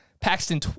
Paxton